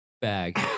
bag